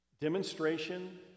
Demonstration